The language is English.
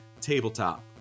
tabletop